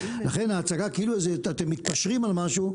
לכן ההצגה כאילו אתם מתפשרים על משהו,